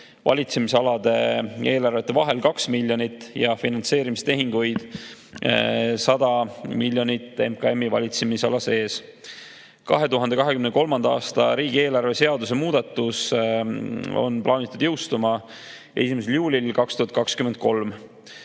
valitsemisalade eelarvete vahel 2 miljonit ja finantseerimistehinguid 100 miljonit MKM‑i valitsemisala sees. 2023. aasta riigieelarve seaduse muudatus on plaanitud jõustuma 1. juulil 2023.Selle